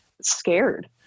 scared